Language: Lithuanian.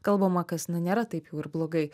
kalbama kas na nėra taip jau ir blogai